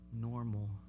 normal